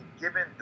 given